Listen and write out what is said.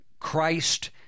Christ